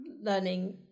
learning